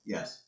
Yes